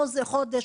לא זה חודש,